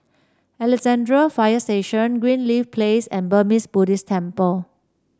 Alexandra Fire Station Greenleaf Place and Burmese Buddhist Temple